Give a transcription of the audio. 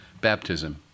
baptism